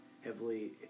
heavily